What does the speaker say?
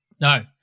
No